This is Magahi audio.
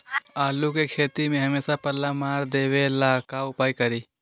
आलू के खेती में हमेसा पल्ला मार देवे ला का उपाय करी?